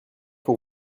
pour